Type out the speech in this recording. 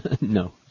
No